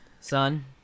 son